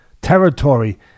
territory